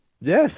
Yes